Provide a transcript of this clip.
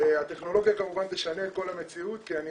הטכנולוגיה כמובן תשנה את כל המציאות, אני יודע,